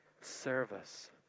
service